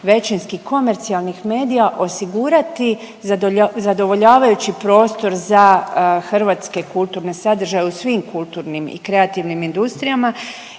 većinski komercijalnih medija, osigurati zadovoljavajući prostor za hrvatske kulturne sadržaje u svim kulturnim i kreativnim industrijama